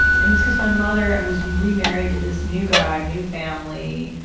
and it's cause my mother and was remarried to this new guy, new family.